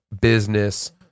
business